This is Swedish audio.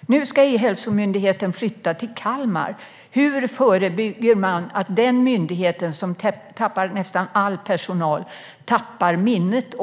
Nu ska E-hälsomyndigheten flytta till Kalmar. Hur förebygger man att den myndigheten, som tappar nästan all personal, också tappar minnet